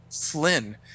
Flynn